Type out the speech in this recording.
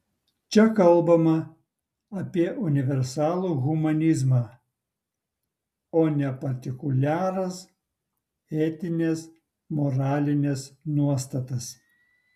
čia kalbama apie universalų humanizmą o ne partikuliaras etines moralines nuostatas